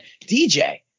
dj